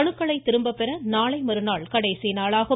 மனுக்களை திரும்பப் பெற நாளை மறுநாள் கடைசிநாளாகும்